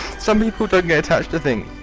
some people don't get attached to things,